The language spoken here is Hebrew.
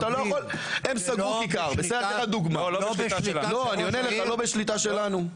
לא בשליטה שלנו.